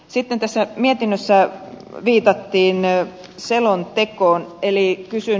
sitten tässä mietinnössä viitattiin selontekoon eli kysyn